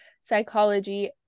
Psychology